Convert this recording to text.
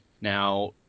Now